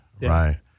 right